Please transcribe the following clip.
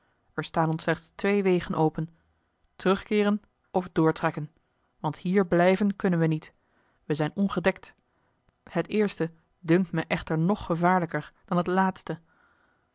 er staan ons slechts twee wegen open terugkeeren of doortrekken want hier blijven kunnen we niet we zijn ongedekt het eerste dunkt me echter nog gevaarlijker dan het laatste